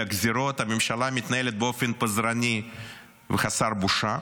הגזרות הממשלה מתנהלת באופן פזרני וחסר בושה,